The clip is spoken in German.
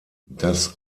das